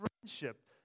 friendship